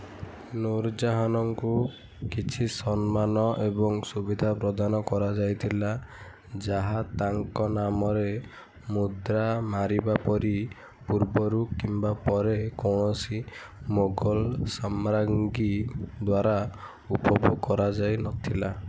ନୁର ଜାହାନଙ୍କୁ କିଛି ସମ୍ମାନ ଏବଂ ସୁବିଧା ପ୍ରଦାନ କରାଯାଇଥିଲା ଯାହା ତାଙ୍କ ନାମରେ ମୁଦ୍ରା ମାରିବା ପରି ପୂର୍ବରୁ କିମ୍ବା ପରେ କୌଣସି ମୋଗଲ ସାମ୍ରାଜ୍ଞୀ ଦ୍ୱାରା ଉପଭୋଗ କରାଯାଇ ନଥିଲା